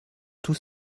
tous